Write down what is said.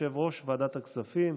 יושב-ראש ועדת הכספים.